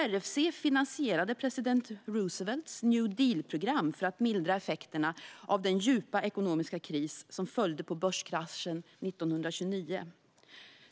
RFC finansierade president Roosevelts New Deal-program för att mildra effekterna av den djupa ekonomiska kris som följde på börskraschen 1929.